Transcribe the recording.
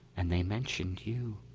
and they mentioned you.